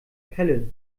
pelle